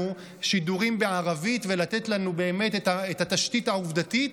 שידורים בערבית ולתת לנו באמת את התשתית העובדתית,